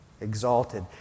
exalted